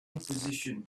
position